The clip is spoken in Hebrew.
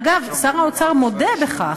אגב, שר האוצר מודה בכך.